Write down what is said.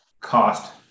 cost